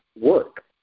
work